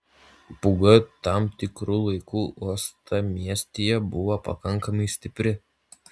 pūga tam tikru laiku uostamiestyje buvo pakankamai stipri